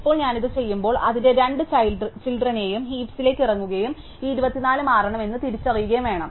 ഇപ്പോൾ ഞാൻ ഇത് ചെയ്യുമ്പോൾ അതിന്റെ രണ്ട് ചൈൽഡ്റിനെയും ഹീപ്സിലേക് ഇറങ്ങുകയും ഈ 24 മാറണം എന്ന് തിരിച്ചറിയുകയും വേണം